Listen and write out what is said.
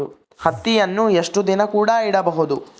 ಹತ್ತಿಯನ್ನು ಎಷ್ಟು ದಿನ ಕೂಡಿ ಇಡಬಹುದು?